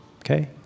Okay